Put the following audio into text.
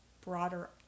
broader